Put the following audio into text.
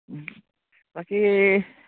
বাকী